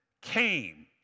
came